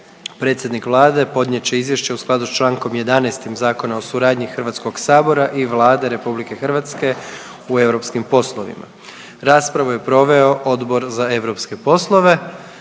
Predsjednik Vlade podnijet će Izvješće u skladu s čl. 11 Zakona o suradnji Hrvatskoga sabora i Vlade RH u europskim poslovima. Raspravu je proveo Odbor za europske poslove.